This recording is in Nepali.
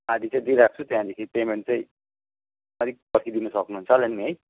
आधा चाहिँ दिइराख्छु त्यहाँदेखि पेमेन्ट चाहिँ अलिक पर्खिदिनु सक्नुहुन्छ होला नि है